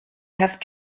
have